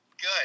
Good